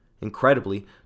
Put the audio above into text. Incredibly